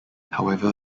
however